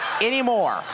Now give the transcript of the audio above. Anymore